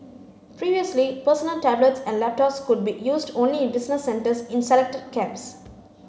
previously personal tablets and laptops could be used only in business centres in selected camps